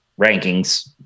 rankings